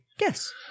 Yes